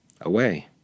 away